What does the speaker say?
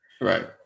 Right